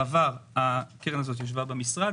בעבר הקרן הזאת ישבה במשרד,